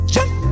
Jump